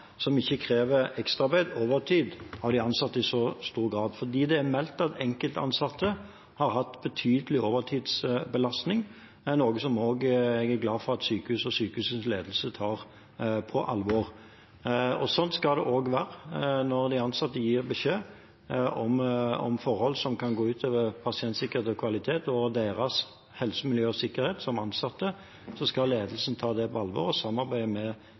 som ikke krever ekstraarbeid, overtid, av de ansatte i så stor grad. Det er meldt at enkeltansatte har hatt betydelig overtidsbelastning, og det er noe jeg også er glad for at sykehuset og sykehusets ledelse tar på alvor. Sånn skal det også være. Når de ansatte gir beskjed om forhold som kan gå ut over pasientsikkerhet og kvalitet og deres helse, miljø og sikkerhet som ansatte, skal ledelsen ta det på alvor og samarbeide med